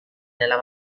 nella